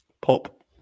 pop